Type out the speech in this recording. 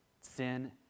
sin